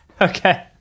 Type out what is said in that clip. Okay